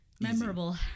Memorable